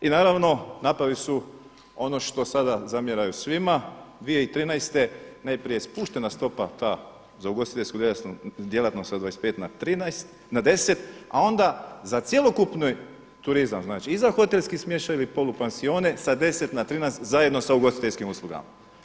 I naravno, napravili su ono što sada zamjeraju svima 2013. najprije spuštena stopa ta za ugostiteljsku djelatnost sa 25 na 10, a onda za cjelokupni turizam, znači i za hotelski smještaj ili polupansione sa 10 na 13 zajedno s ugostiteljskim uslugama.